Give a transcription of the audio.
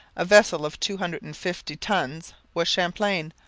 a vessel of two hundred and fifty tons, was champlain,